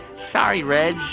sorry, reg.